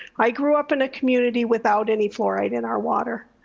i grew up in a community without any fluoride in our water.